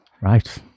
right